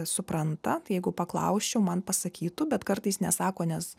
supranta jeigu paklausčiau man pasakytų bet kartais nesako nes